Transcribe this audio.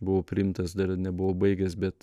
buvau priimtas dar nebuvau baigęs bet